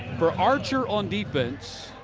for archer on defense.